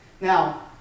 Now